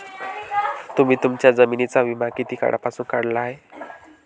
तुम्ही तुमच्या जमिनींचा विमा किती काळापासून काढला आहे?